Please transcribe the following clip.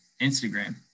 Instagram